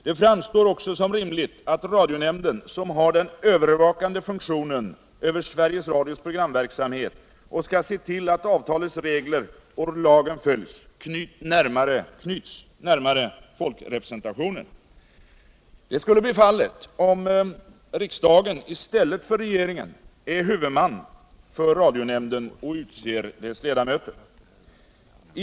Det framstår också som rimligt att radionämnden —- som har den övervakande funktionen över Sveriges Radios programverksamhet och skall se till att avtalets regler och lagen följs — knyts närmare folkrepresentationen. Det skulle bli fallet om riksdagen i stället för regeringen är huvudman för radionämnden och utser dess ledamöter.